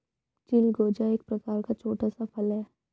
चिलगोजा एक प्रकार का छोटा सा फल है